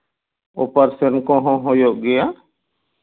operation ᱠᱚᱦᱚᱸ ᱦᱩᱭᱩᱜ ᱜᱮᱭᱟ